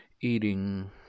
eating